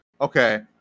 okay